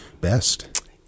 best